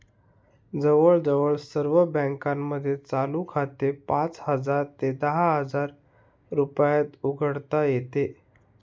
जवळजवळ सर्व बँकांमध्ये चालू खाते पाच हजार ते दहा हजार रुपयात उघडता येते